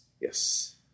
Yes